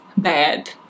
bad